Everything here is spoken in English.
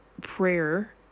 prayer